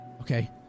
Okay